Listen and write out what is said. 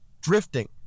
drifting